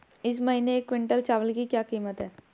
इस महीने एक क्विंटल चावल की क्या कीमत है?